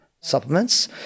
supplements